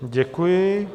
Děkuji.